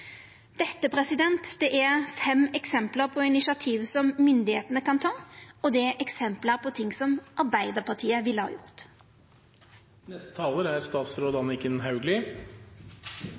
Dette er fem eksempel på initiativ som myndigheitene kan ta, og det er eksempel på ting som Arbeidarpartiet ville ha